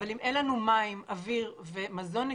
אבל אם אין לנו מים, אוויר ומזון נקיים,